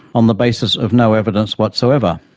on the basis of no evidence whatsoever.